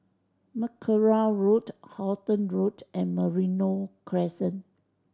Mackerrow Road Halton Road and Merino Crescent